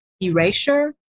erasure